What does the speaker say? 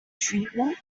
treatment